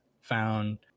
found